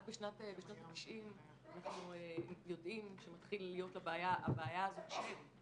רק בשנות ה-90 אנחנו יודעים שמתחיל להיות לבעיה הזאת שם.